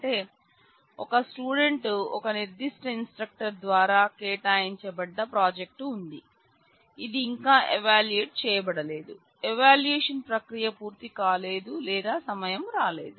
అంటే ఒక స్టూడెంట్ కి ఒక నిర్ధిష్ట ఇన్స్ట్రక్టర్ ద్వారా కేటాయించబడ్డ ప్రాజెక్ట్ ఉంది ఇది ఇంకా ఎవాల్యూయేట్ చేయబడలేదు ఎవాల్యూయేషన్ ప్రక్రియ పూర్తి కాలేదు లేదా సమయం రాలేదు